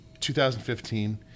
2015